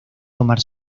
tomar